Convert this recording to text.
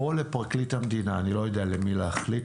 או לפרקליט המדינה אני לא יודע למי להחליט,